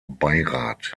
beirat